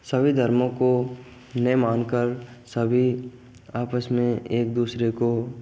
सभी धर्मों को में मानकर सभी आपस में एक दूसरे को